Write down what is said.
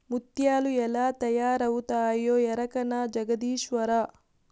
ముత్యాలు ఎలా తయారవుతాయో ఎరకనా జగదీశ్వరా